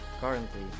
currently